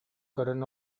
көрөн